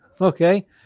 Okay